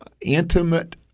intimate